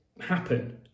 happen